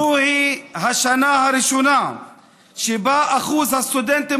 זוהי השנה הראשונה שבה אחוז הסטודנטים